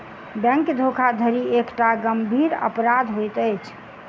bank धोखाधड़ी एकटा गंभीर अपराध होइत अछि